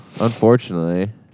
Unfortunately